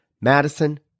Madison